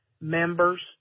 members